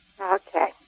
Okay